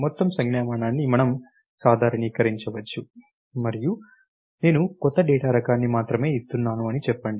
మొత్తం సంజ్ఞామానాన్ని మనం సాధారణీకరించవచ్చు మరియు నేను కొత్త డేటా రకాన్ని మాత్రమే ఇస్తున్నాను అని చెప్పండి